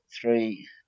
three